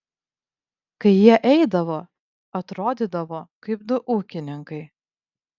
kai jie eidavo atrodydavo kaip du ūkininkai